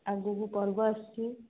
ଆଗକୁ ପର୍ବ ଆସୁଛି